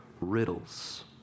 riddles